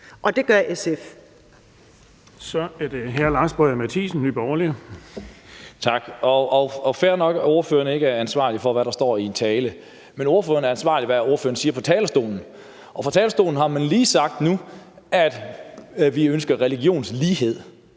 Nye Borgerlige. Kl. 13:43 Lars Boje Mathiesen (NB): Tak. Det er fair nok at sige, at ordføreren ikke er ansvarlig for, hvad der står i en tale, men ordføreren er ansvarlig for, hvad ordføreren siger på talerstolen. Og fra talerstolen har man lige sagt nu, at man ønsker religionslighed.